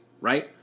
right